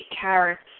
carrots